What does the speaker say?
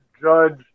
judge